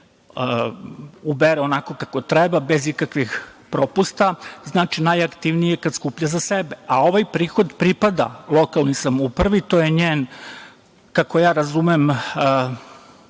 ubere onako kako treba, bez ikakvih propusta, znači najaktivniji je kad skuplja za sebe, a ovaj prihod pripada lokalnoj samoupravi. To je njen, kako ja razumem,